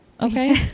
Okay